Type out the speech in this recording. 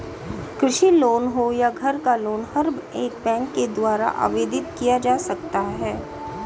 कृषि लोन हो या घर का लोन हर एक बैंक के द्वारा आवेदित किया जा सकता है